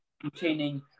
containing